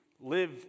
live